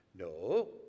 no